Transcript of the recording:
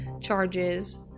charges